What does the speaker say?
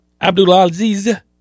Abdulaziz